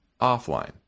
offline